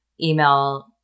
email